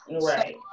Right